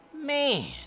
man